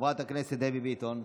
חברת הכנסת דבי ביטון,